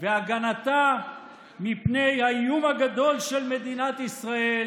והגנתה מפני האיום הגדול של מדינת ישראל,